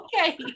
okay